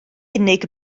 unig